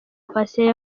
patient